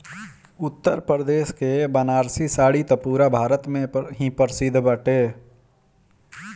उत्तरप्रदेश के बनारसी साड़ी त पुरा भारत में ही प्रसिद्ध बाटे